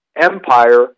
empire